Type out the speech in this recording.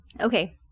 Okay